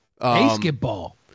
Basketball